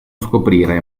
scoprire